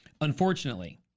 Unfortunately